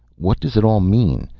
what does it all mean?